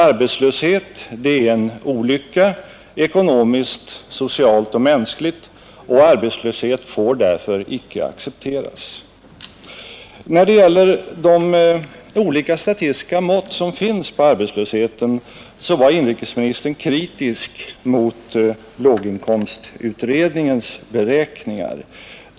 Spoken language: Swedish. Arbetslöshet är en olycka ekonomiskt, socialt och mänskligt, och arbetslöshet får därför icke accepteras. När det gäller de olika statistiska mått som finns på arbetslösheten, så var inrikesministern kritisk mot låginkomstutredningens beräkningar.